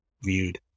viewed